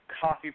coffee